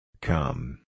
Come